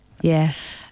Yes